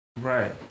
Right